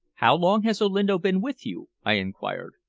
how long has olinto been with you? i inquired.